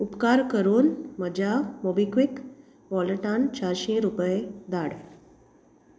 उपकार करून म्हज्या मोबिक्वीक वॉलेटान चारशीं रुपय धाड